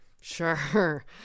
Sure